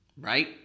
right